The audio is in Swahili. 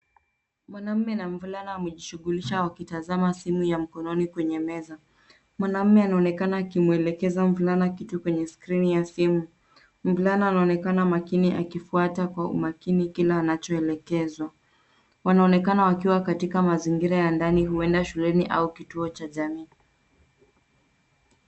Mwanaume na mvulana wamejishughulisha wakitazama simu ya mkononi kwenye meza. Mwanaume anaonekana akimwelekeza mvulana kitu kwenye skirini ya simu. Mvulana anaonekana makini akifuata kwa makini kile anachaoelekezwa. Wanaonekana wakiwa katika mazingira ya ndani huenda shuleni au kituo cha jamii.